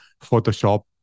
Photoshop